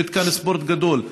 למתקן ספורט גדול.